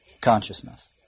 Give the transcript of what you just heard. consciousness